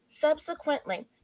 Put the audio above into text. Subsequently